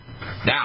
Now